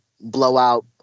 blowout